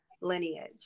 lineage